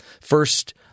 First